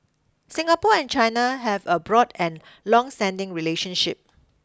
Singapore and China have a broad and longstanding relationship